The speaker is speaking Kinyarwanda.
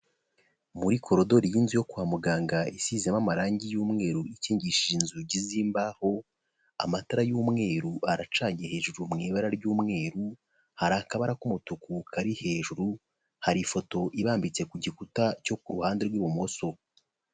Muri koridori y'inzu yo kwa muganga isizemo amarangi y'umweru ikingishije inzugi z'imbaho amatara y'umweru aracanye hejuru mu ibara ry'umweru, hari akabara k'umutuku kari hejuru hari ifoto irabambitse ku gikuta cyo ku ruhande rw'ibumoso.